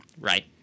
right